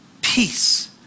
peace